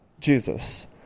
Jesus